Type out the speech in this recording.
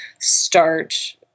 start